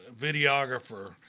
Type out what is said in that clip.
videographer